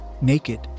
naked